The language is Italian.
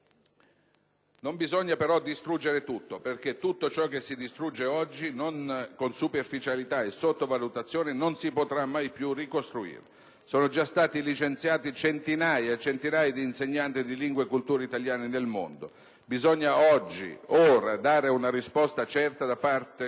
Non bisogna però distruggere tutto, perché tutto ciò che si distrugge oggi per superficialità e sottovalutazione non si potrà mai più ricostruire. Sono già stati licenziati centinaia e centinaia di insegnanti di lingua e cultura italiana nel mondo. Bisogna oggi, ora, dare una risposta certa da portare